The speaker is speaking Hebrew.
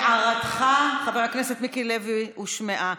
הערתך, חבר הכנסת מיקי לוי, הושמעה.